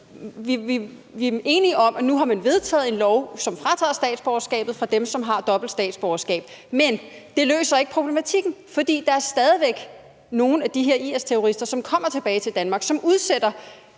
Vi er enige om, at man nu har vedtaget en lov, som tager statsborgerskabet fra dem, som har dobbelt statsborgerskab. Men det løser ikke problematikken. For der er stadig væk nogle af de her IS-terrorister, som kommer tilbage til Danmark, og som udsætter